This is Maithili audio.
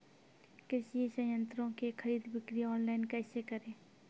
कृषि संयंत्रों की खरीद बिक्री ऑनलाइन कैसे करे?